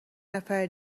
نفر